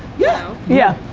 yeah. yeah.